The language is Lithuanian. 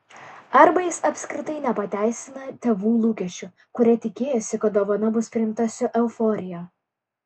arba jis apskritai nepateisina tėvų lūkesčių kurie tikėjosi kad dovana bus priimta su euforija